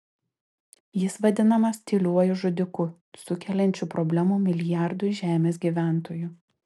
jis vadinamas tyliuoju žudiku sukeliančiu problemų milijardui žemės gyventojų